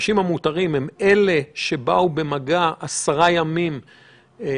אנשים נכנסים לתשעה ימים בממוצע.